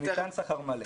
וניתן שכר מלא.